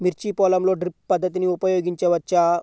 మిర్చి పొలంలో డ్రిప్ పద్ధతిని ఉపయోగించవచ్చా?